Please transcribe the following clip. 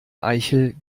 eichel